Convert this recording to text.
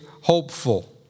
Hopeful